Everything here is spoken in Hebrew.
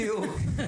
בדיוק.